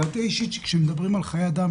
דעתי האישית היא שכשמדברים על חיי אדם,